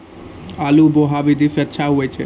आलु बोहा विधि सै अच्छा होय छै?